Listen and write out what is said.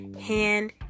hand